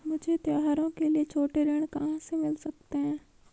मुझे त्योहारों के लिए छोटे ऋृण कहां से मिल सकते हैं?